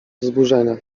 wzburzenia